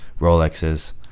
Rolexes